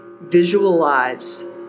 Visualize